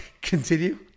Continue